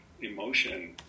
emotion